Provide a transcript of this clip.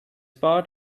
part